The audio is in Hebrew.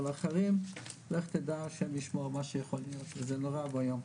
אבל אחרים לך תדע השם ישמור מה שיכול להיות וזה נורא ואיום,